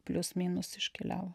plius minus iškeliavo